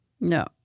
No